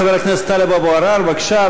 חבר הכנסת טלב אבו עראר, בבקשה.